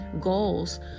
goals